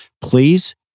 Please